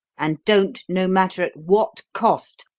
and don't, no matter at what cost,